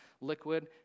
liquid